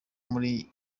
muri